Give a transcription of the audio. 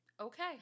okay